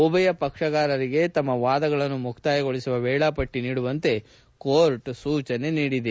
ಉಭಯ ಪಕ್ಷಗಾರರಿಗೆ ತಮ್ಮ ವಾದಗಳನ್ನು ಮುಕ್ತಾಯಗೊಳಿಸುವ ವೇಳಾಪಟ್ಷಿ ನೀಡುವಂತೆ ಕೋರ್ಟ್ ಸೂಚಿಸಿದೆ